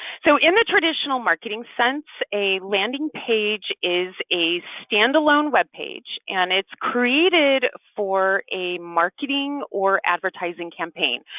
so in the traditional marketing sense, a landing page is a standalone web page and it's created for a marketing or advertising campaign.